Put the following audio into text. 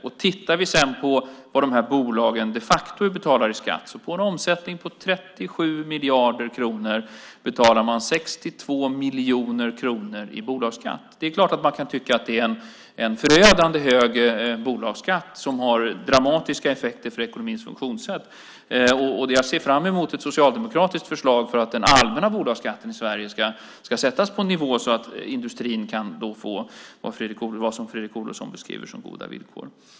Sett till vad bolagen de facto betalar i skatt är det så att man på en omsättning på 37 miljarder kronor betalar 62 miljoner kronor i bolagsskatt. Det är klart att man kan tycka att det är en förödande hög bolagsskatt som har dramatiska effekter för ekonomins funktionssätt. Jag ser fram emot ett socialdemokratiskt förslag om att den allmänna bolagsskatten i Sverige ska vara på en sådan nivå att industrin kan få vad Fredrik Olovsson beskriver som goda villkor.